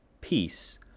peace